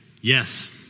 Yes